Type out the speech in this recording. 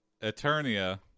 eternia